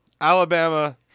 Alabama